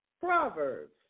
Proverbs